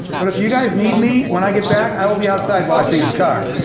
but if you guys need me, when i get back i will be outside washing his car.